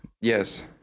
Yes